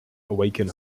awaken